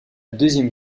deuxième